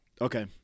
Okay